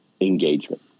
engagement